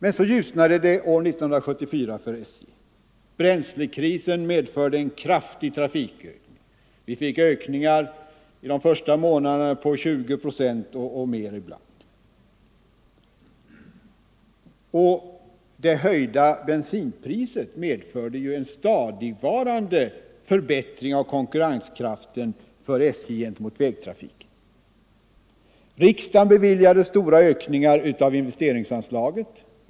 Men år 1974 ljusnade det 75 för SJ. Bränslekrisen medförde en kraftig trafikökning. Vi fick ökningar under den första månaden på 20 procent och ibland mer. Det höjda bensinpriset medförde ju en stadigvarande förbättring av konkurrenskraften för SJ gentemot vägtrafiken. Riksdagen beviljade stora ökningar av investeringsanslaget.